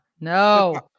no